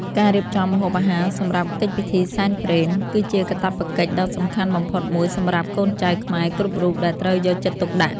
ការរៀបចំម្ហូបអាហារសម្រាប់កិច្ចពិធីសែនព្រេន គឺជាកាតព្វកិច្ចដ៏សំខាន់បំផុតមួយសម្រាប់កូនចៅខ្មែរគ្រប់រូបដែលត្រូវយកចិត្តទុកដាក់។